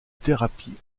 thérapie